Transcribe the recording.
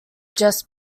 just